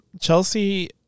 chelsea